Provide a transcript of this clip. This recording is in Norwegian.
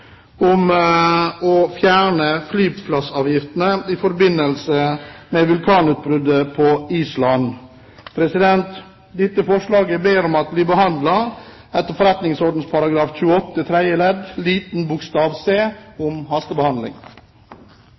om å fjerne flyplassavgifter i forbindelse med vulkanutbruddet på Island. Jeg ber om at dette forslaget blir behandlet etter forretningsordenens § 28 tredje ledd c om hastebehandling.